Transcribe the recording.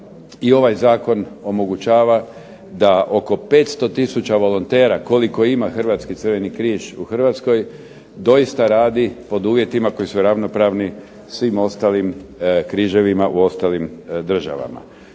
i ovaj zakon omogućava da oko 500 tisuća volontera koliko ima Hrvatski crveni križ u Hrvatskoj doista radi pod uvjetima koji su ravnopravni svim ostalim križevima u ostalim državama.